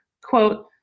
quote